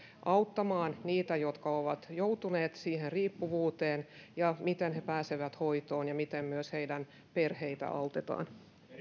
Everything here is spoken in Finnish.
auttamaan niitä jotka ovat joutuneet siihen riippuvuuteen ja miten he pääsevät hoitoon ja miten myös heidän perheitään autetaan